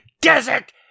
desert